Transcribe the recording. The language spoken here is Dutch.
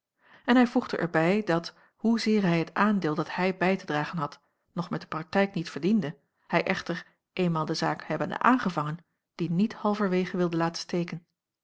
en hij voegde er bij dat hoezeer hij het aandeel dat hij bij te dragen had nog met de praktijk niet verdiende hij echter eenmaal de zaak hebbende aangevangen die niet halverwege wilde laten steken